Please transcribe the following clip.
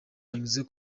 yanyuze